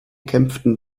kämpften